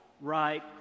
right